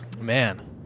Man